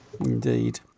Indeed